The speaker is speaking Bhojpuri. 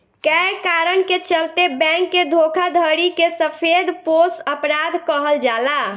कए कारण के चलते बैंक के धोखाधड़ी के सफेदपोश अपराध कहल जाला